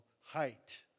height